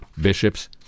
Bishops